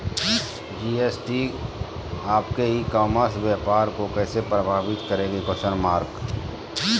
GST आपके e commerce व्यापार को कैसे प्रभावित करेगी?